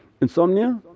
Insomnia